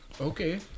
Okay